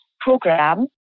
program